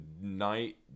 night